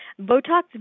Botox